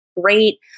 great